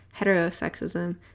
heterosexism